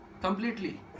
Completely